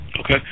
Okay